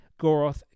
Goroth